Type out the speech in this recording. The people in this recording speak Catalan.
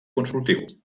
consultiu